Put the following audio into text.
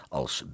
als